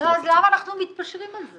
למה אנחנו מתפשרים על זה?